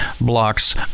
blocks